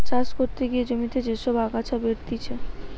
চাষ করতে গিয়ে জমিতে যে সব আগাছা বেরতিছে